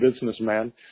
businessman